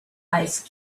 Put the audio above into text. ice